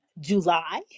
July